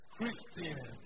Christian